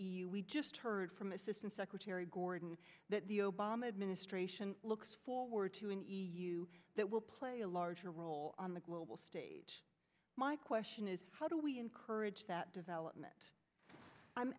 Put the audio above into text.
u we just heard from assistant secretary gordon that the obama administration looks forward to an e u that will play a larger role on the global stage my question is how do we encourage that development i'm